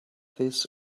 this